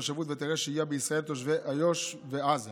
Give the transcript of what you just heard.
תושבות והיתרי שהייה בישראל לתושבי איו"ש ועזה